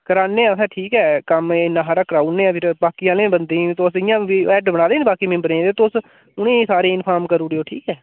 कराने आं फेर ठीक ऐ कम्म इन्ना हारा कराई ओड़ने जां फिर बाकी आह्ले बन्दे तुस इयां बी हेड बनाए दे नी बाकी मैम्बरें दे ते तुस तुस उनें सारें गी इन्फोर्म करू उड़ेओ ठीक ऐ